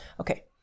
okay